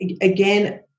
again